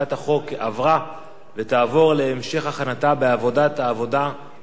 ותעבור להמשך הכנתה בוועדת העבודה והרווחה של הכנסת.